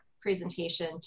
presentation